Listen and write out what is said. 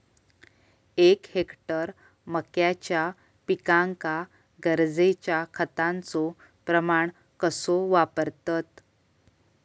एक हेक्टर मक्याच्या पिकांका गरजेच्या खतांचो प्रमाण कसो वापरतत?